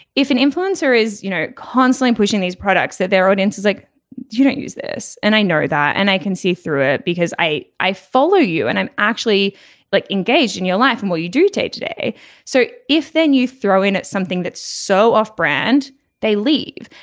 if an influencer is you know constantly pushing these products that their audience is like you don't use this. and i know that and i can see through it because i i follow you and i'm actually like engaged in your life and what you do today. so if then you throw in something that's so off brand they leave.